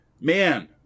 Man